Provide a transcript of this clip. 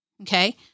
okay